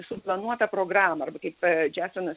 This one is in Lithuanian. suplanuotą programą arba kaip džeksonas